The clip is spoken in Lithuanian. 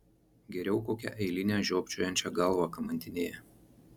geriau kokią eilinę žiopčiojančią galvą kamantinėja